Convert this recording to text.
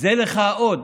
זה לך האות.